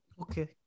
okay